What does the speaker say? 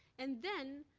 and then,